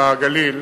בגליל,